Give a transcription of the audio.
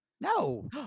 No